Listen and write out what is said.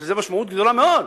יש לזה משמעות גדולה מאוד.